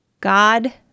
God